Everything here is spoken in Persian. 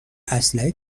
اسلحه